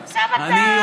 לא, אל תפריעי לי.